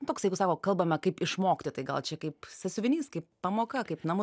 toks jeigu sako kalbame kaip išmokti tai gal čia kaip sąsiuvinys kaip pamoka kaip namų